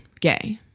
gay